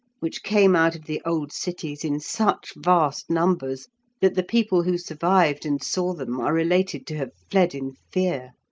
which came out of the old cities in such vast numbers that the people who survived and saw them are related to have fled in fear.